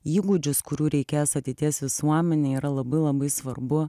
įgūdžius kurių reikės ateities visuomenei yra labai labai svarbu